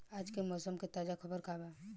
आज के मौसम के ताजा खबर का बा?